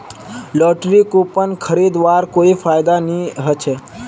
lottery coupon खरीदवार कोई फायदा नी ह छ